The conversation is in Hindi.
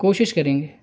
कोशिश करेंगे